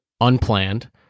unplanned